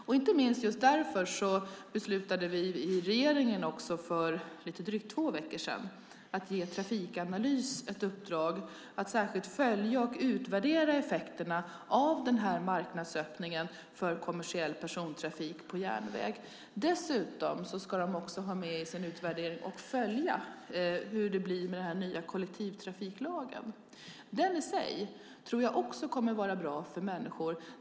Inte minst just därför beslutade vi i regeringen för lite drygt två veckor sedan att ge Trafikanalys ett uppdrag att särskilt följa och utvärdera effekterna av marknadsöppningen för kommersiell persontrafik på järnväg. Dessutom ska man i utvärderingen följa hur det blir med den nya kollektivtrafiklagen. Den kommer i sig nog också att vara bra för människor.